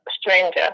stranger